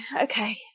Okay